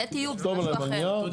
זה תיעוד של משהו אחר.